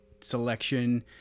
selection